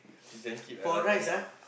fish-and-chips and lasagna ah